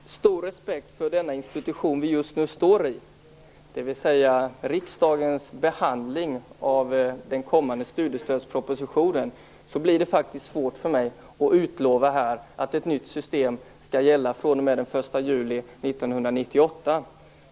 Herr talman! Med respekt för den institution vi just nu står i och riksdagens behandling av den kommande studiestödspropositionen blir det svårt för mig att utlova att ett nytt system skall gälla fr.o.m. den 1 juli 1998.